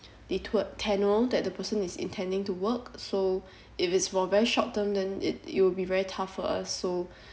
the te~ tenure that the person is intending to work so if it's for very short term then it you will be very tough for us so